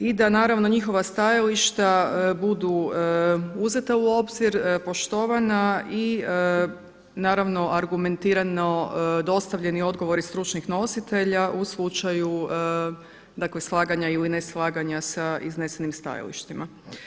I da naravno njihova stajališta budu uzeta u obzir, poštovana i naravno argumentirano dostavljeni odgovori stručnih nositelja u slučaju dakle slaganja ili ne slaganja sa iznesenim stajalištima.